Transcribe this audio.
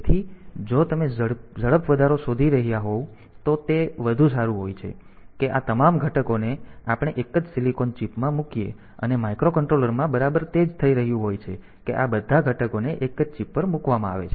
તેથી જો તમે ઝડપ વધારો શોધી રહ્યા હોવ તો તે વધુ સારું હોય છે કે આ તમામ ઘટકોને આપણે એક જ સિલિકોન ચિપ માં મૂકીએ અને માઇક્રોકન્ટ્રોલરમાં બરાબર તે જ થઈ રહ્યું હોય છે કે આ બધા ઘટકોને એક જ ચિપ પર મૂકવામાં આવે છે